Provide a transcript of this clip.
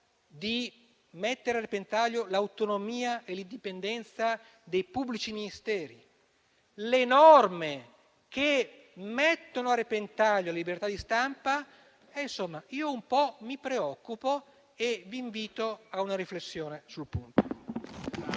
di mettere a repentaglio l'autonomia e l'indipendenza dei pubblici ministeri, le norme che mettono a repentaglio la libertà di stampa, un po' mi preoccupo e vi invito a una riflessione sul punto.